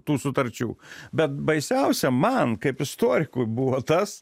tų sutarčių bet baisiausia man kaip istorikui buvo tas